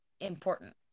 important